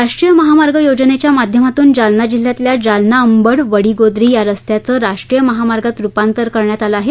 राष्ट्रीय महामार्ग योजनेच्या माध्यमातून जालना जिल्ह्यातल्या जालना अंबड वडीगोद्री या रस्त्याचं राष्ट्रीय महामार्गात रुपांतर करण्यात आलं आहे